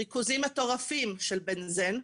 יש ריכוזים מטורפים של בנזן.